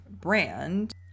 brand